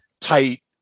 tight